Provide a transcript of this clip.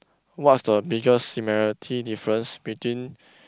what's the biggest similarity difference between